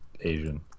Asian